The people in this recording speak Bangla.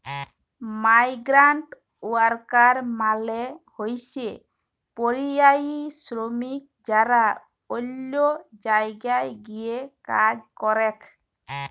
মাইগ্রান্টওয়ার্কার মালে হইসে পরিযায়ী শ্রমিক যারা অল্য জায়গায় গিয়ে কাজ করেক